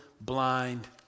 blind